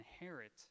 inherit